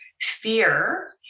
fear